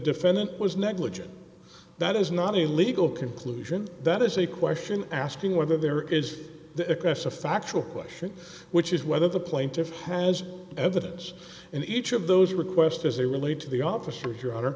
defendant was negligent that is not a legal conclusion that is a question asking whether there is the excessive factual question which is whether the plaintiff's has evidence in each of those request as they relate to the officers your honor